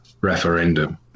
referendum